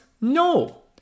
No